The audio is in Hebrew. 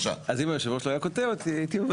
אז אם יושב הראש לא היה קוטע אותי הייתי אומר